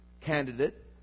candidate